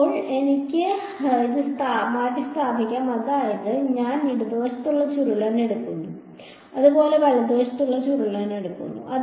ഇപ്പോൾ എനിക്ക് ഇത് മാറ്റിസ്ഥാപിക്കാം അതായത് ഞാൻ ഇടതുവശത്തുള്ള ചുരുളൻ എടുത്തു അതുപോലെ വലതുവശത്തുള്ള ചുരുളൻ ഞാൻ എടുക്കും